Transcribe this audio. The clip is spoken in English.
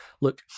look